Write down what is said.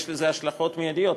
יש לזה השלכות מיידיות,